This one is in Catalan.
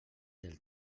del